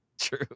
true